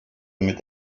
mit